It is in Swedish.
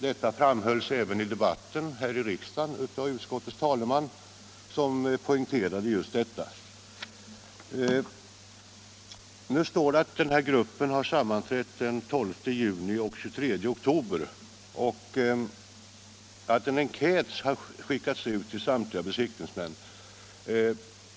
Detta poängterades även i debatten här i kammaren av utskottets talesman. I svaret anges att samrådsgruppen sammanträtt den 12 juni och den 23 oktober. Vidare sägs att en enkät skickats ut till samtliga besiktningsmän.